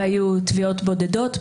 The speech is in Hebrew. והיו תביעות בודדות.